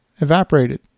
evaporated